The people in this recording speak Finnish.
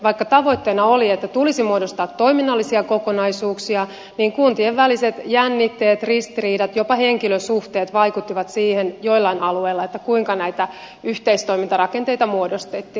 vaikka tavoitteena oli että tulisi muodostaa toiminnallisia kokonaisuuksia niin kuntien väliset jännitteet ristiriidat jopa henkilösuhteet vaikuttivat joillain alueilla siihen kuinka näitä yhteistoimintarakenteita muodostettiin